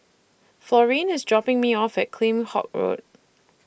Florine IS dropping Me off At Kheam Hock Road